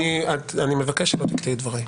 אני מבקש שלא תקטעי את דבריי.